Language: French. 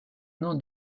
nom